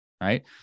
Right